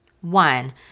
One